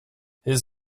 his